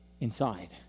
inside